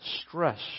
stress